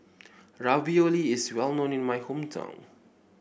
ravioli is well known in my hometown